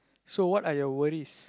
so what are your worries